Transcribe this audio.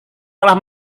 telah